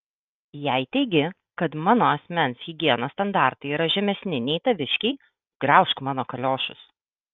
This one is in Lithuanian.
jei teigi kad mano asmens higienos standartai yra žemesni nei taviškiai graužk mano kaliošus